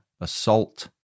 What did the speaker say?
assault